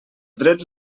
drets